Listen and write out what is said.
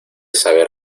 saber